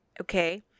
Okay